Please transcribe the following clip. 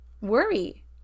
worry